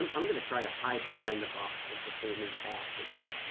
um i'm gonna try to hide behind the box. let's just do a new tactic here.